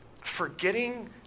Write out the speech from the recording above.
forgetting